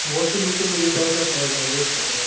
washing मशीनमधे Samsung try करा best आहे